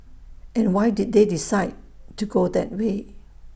and why did they decide to go that way